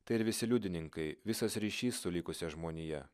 tai ir visi liudininkai visas ryšys su likusia žmonija